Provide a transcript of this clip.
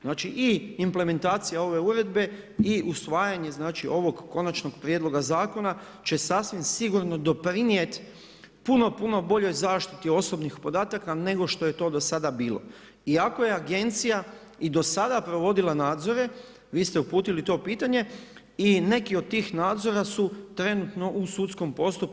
Znači i implementacija ove uredbe i usvajanje ovog konačnog prijedloga zakona će sasvim sigurno doprinijeti puno, puno boljoj zaštiti osobnih podataka nego što je to do sada bilo iako je agencija i do sada provodila nadzore, vi ste uputili to pitanje i neki od tih nadzora su trenutno u sudskom postupku.